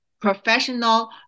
professional